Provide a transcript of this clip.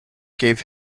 gave